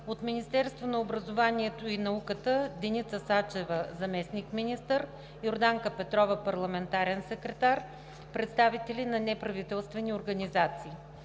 от Министерството на образованието и науката: Деница Сачева – заместник-министър, и Йорданка Петрова – парламентарен секретар; представители на неправителствени организации.